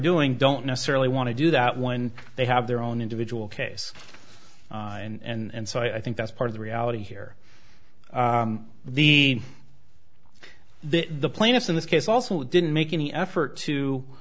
doing don't necessarily want to do that when they have their own individual case and so i think that's part of the reality here the the plaintiffs in this case also didn't make any effort to